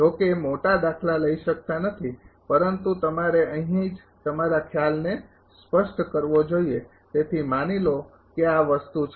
જો કે મોટા દાખલા લઈ શકતા નથી પરંતુ તમારે અહીં જ તમારા ખ્યાલને સ્પષ્ટ કરવો જોઈએ તેથી માની લો કે આ વસ્તુ છે